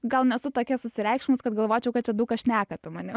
gal nesu tokia susireikšminus kad galvočiau kad čia daug kas šneka apie mane